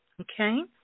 Okay